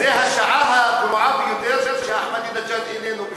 זאת השעה הגרועה ביותר שאחמדינג'אד איננו פה.